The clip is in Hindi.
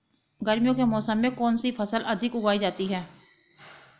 गर्मियों के मौसम में कौन सी फसल अधिक उगाई जाती है?